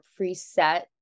preset